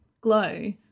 Glow